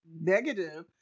negative